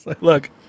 Look